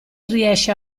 riesce